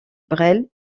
brel